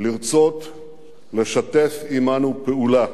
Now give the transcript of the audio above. לרצות לשתף עמנו פעולה.